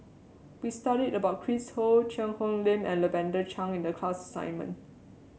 we studied about Chris Ho Cheang Hong Lim and Lavender Chang in the class assignment